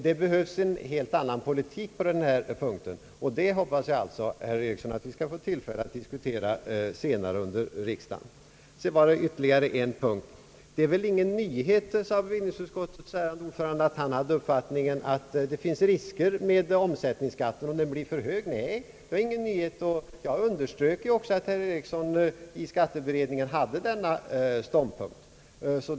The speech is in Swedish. Det behövs en helt annan politik på den här punkten, och jag hoppas, herr Ericsson, att vi får tillfälle att diskutera det senare under riksdagen. Ytterligare en punkt. Det är väl ingen nyhet, sade bevillningsutskottets ärade ordförande, när han förde fram den uppfattningen att det finns risker med omsättningsskatten om den blir för hög. Nej, det är ingen nyhet. Jag underströk också i mitt första inlägg att herr Ericsson i skatteberedningen hade denna ståndpunkt.